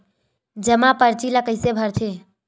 जमा परची ल कइसे भरथे?